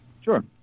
Sure